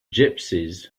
gypsies